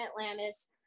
Atlantis